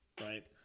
right